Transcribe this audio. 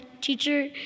teacher